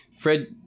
Fred